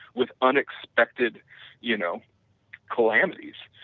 with unexpected you know calamities,